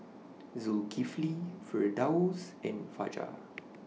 Zulkifli Firdaus and Fajar